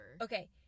Okay